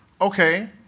okay